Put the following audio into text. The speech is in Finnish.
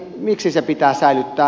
miksi se pitää säilyttää